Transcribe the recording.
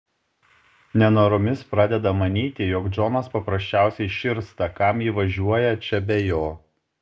nenoromis pradeda manyti jog džonas paprasčiausiai širsta kam ji važiuoja čia be jo